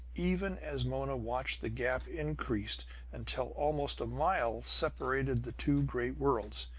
even as mona watched the gap increased until almost a mile separated the two great worlds.